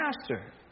master